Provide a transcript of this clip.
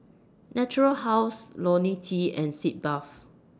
Natura House Lonil T and Sitz Bath